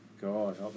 God